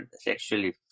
sexually